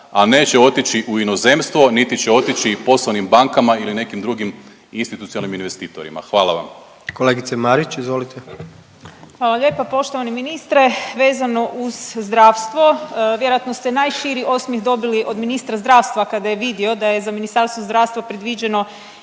a neće otići u inozemstvo niti će otići poslovnim bankama ili nekim drugim institucionalnim investitorima. Hvala vam. **Jandroković, Gordan (HDZ)** Kolegice Marić, izvolite. **Marić, Andreja (SDP)** Hvala lijepa. Poštovani ministre vezano uz zdravstvo, vjerojatno ste najširi osmijeh dobili od ministra zdravstva kada je vidio da je za Ministarstvo zdravstva predviđeno